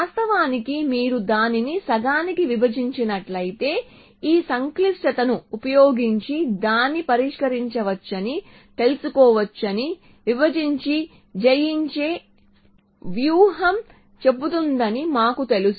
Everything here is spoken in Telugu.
వాస్తవానికి మీరు దానిని సగానికి విభజించినట్లయితే ఈ సంక్లిష్టతను ఉపయోగించి దాన్ని పరిష్కరించవచ్చని తెలుసుకోవచ్చని విభజించి జయించే వ్యూహం చెబుతుందని మాకు తెలుసు